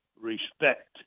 respect